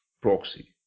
proxy